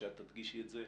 שאת תדגישי את זה,